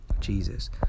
Jesus